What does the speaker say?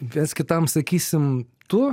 viens kitam sakysim tu